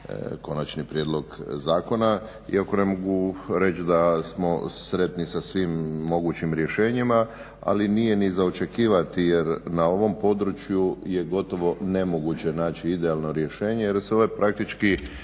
Konačni prijedlog zakona. Iako ne mogu reći da smo sretni sa svim mogućim rješenjima. Ali nije ni za očekivati jer na ovom području je gotovo nemoguće naći idealno rješenje jer se ove praktički